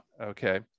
okay